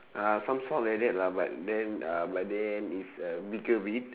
uh some sort like that lah but then uh but then it's a bigger breed